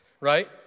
right